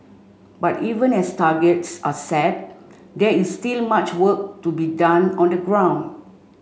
but even as targets are set there is still much work to be done on the ground